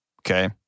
Okay